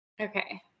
Okay